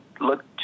look